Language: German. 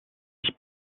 sich